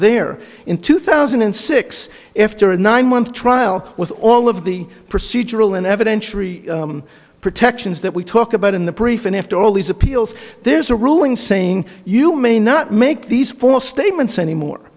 there in two thousand and six after a nine month trial with all of the procedural and evidentiary protections that we talk about in the briefing after all these appeals there's a ruling saying you may not make these false statements anymore